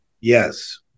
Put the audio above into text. yes